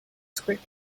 script